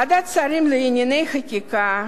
ועדת השרים לענייני חקיקה,